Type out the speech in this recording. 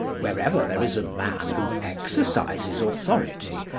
wherever there is a man who exercises authority,